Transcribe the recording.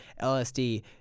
lsd